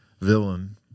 villain